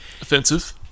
Offensive